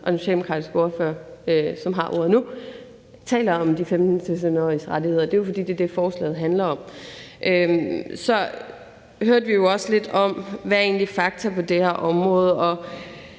og den socialdemokratiske ordfører, som har ordet nu, taler om de 15-17-åriges rettigheder. Det er jo, fordi det er det, forslaget handler om. Så hørte vi også lidt om, hvad der egentlig er fakta på det her område,